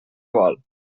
vol